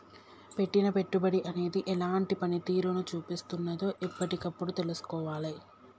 పెట్టిన పెట్టుబడి అనేది ఎలాంటి పనితీరును చూపిస్తున్నదో ఎప్పటికప్పుడు తెల్సుకోవాలే